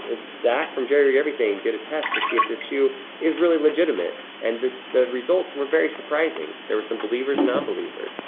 ah zach from jerry everything did a test to see if this shoe is really legitimate. and the the results were very surprising. there were some believers and non-believers.